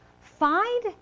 find